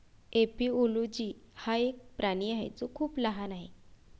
एपिओलोजी हा एक प्राणी आहे जो खूप लहान आहे